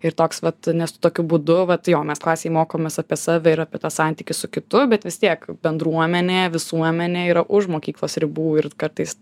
ir toks vat nes tu tokiu būdu vat jo mes klasei mokomės apie save ir apie tą santykį su kitu bet vis tiek bendruomenė visuomenė yra už mokyklos ribų ir kartais